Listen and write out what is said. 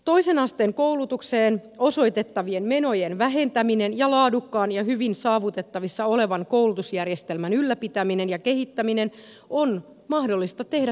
toisen asteen koulutukseen osoitettavien menojen vähentäminen ja laadukkaan ja hyvin saavutettavissa olevan koulutusjärjestelmän ylläpitäminen ja kehittäminen on mahdollista tehdä samaan aikaan